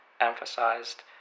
emphasized